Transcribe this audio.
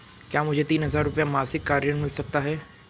क्या मुझे तीन हज़ार रूपये मासिक का ऋण मिल सकता है?